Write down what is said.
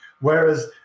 Whereas